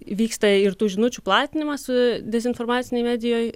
vyksta ir tų žinučių platinimas su dezinformacinėj medijoj